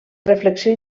reflexió